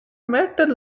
met